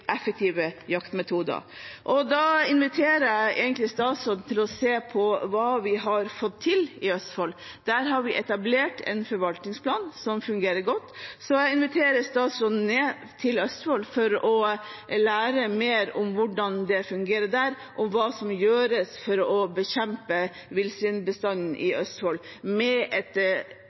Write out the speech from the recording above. effektive jaktmetoder. Jeg inviterer statsråden til å se på hva vi har fått til i Østfold. Der har vi etablert en forvaltningsplan som fungerer godt, så jeg inviterer statsråden ned til Østfold for å lære mer om hvordan det fungerer der, og hva som gjøres for å bekjempe villsvinbestanden i Østfold, med en organisering på kommunalt nivå og med et